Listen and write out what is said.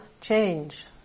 change